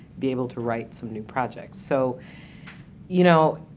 be able to write some new projects. so you know,